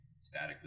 static